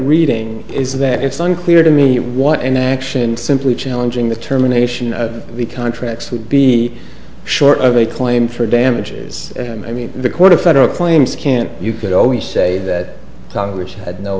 reading is that it's unclear to me what inaction simply challenging the terminations of the contracts would be short of a claim for damages i mean the court of federal claims can't you could always say that congress had no